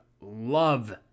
love